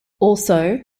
also